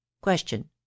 Question